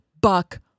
Buck